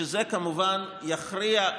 שזה כמובן יכריע,